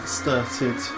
started